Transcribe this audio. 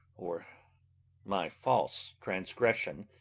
or my false transgression,